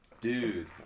Dude